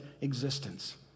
existence